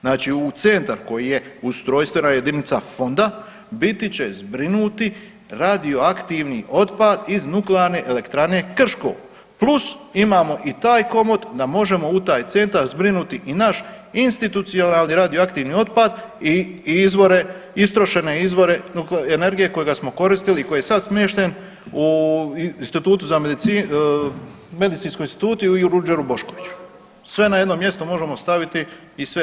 Znači u centar koji je ustrojstvena jedinica fonda biti će zbrinuti radioaktivni otpad iz Nuklearne elektrane Krško plus imamo i taj komod da možemo u taj centar zbrinuti i naš institucionalni radioaktivni otpad i izvore, istrošene izvore energije kojega smo koristili i koji je sad smješten u institutu za medicinu, medicinskom institutu i u Ruđeru Boškoviću, sve na jedno mjesto možemo staviti i sve riješiti.